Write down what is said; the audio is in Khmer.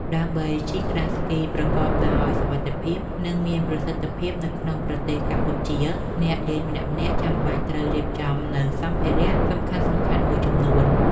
ដើម្បីជិះក្ដារស្គីប្រកបដោយសុវត្ថិភាព និងមានប្រសិទ្ធភាពនៅក្នុងប្រទេសកម្ពុជា អ្នកលេងម្នាក់ៗចាំបាច់ត្រូវរៀបចំនូវសម្ភារៈសំខាន់ៗមួយចំនួន។